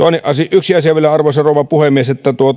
yksi asia vielä arvoisa rouva puhemies